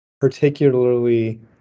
particularly